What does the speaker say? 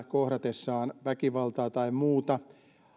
kohdatessa siellä väkivaltaa tai muuta